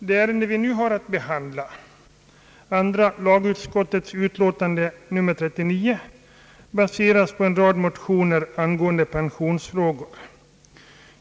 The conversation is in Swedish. Det ärende vi nu har att behandla, andra lagutskottets utlåtande nr 39, baseras på en rad motioner angående pensionsfrågor.